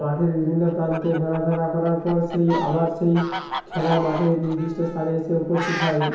মাঠের বিভিন্ন প্রান্তে ঘোরাফেরা করার পর সেই আবার সেই খেলার মাঠে নির্দিষ্ট স্থানে এসে উপস্থিত হয়